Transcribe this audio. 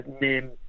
name